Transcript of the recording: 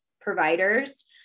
providers